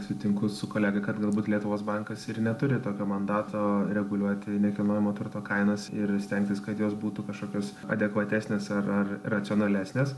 sutinku su kolega kad galbūt lietuvos bankas ir neturi tokio mandato reguliuoti nekilnojamo turto kainas ir stengtis kad jos būtų kažkokios adekvatesnės ar ar racionalesnes